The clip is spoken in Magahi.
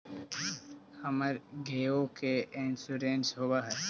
हमर गेयो के इंश्योरेंस होव है?